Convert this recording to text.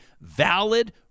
valid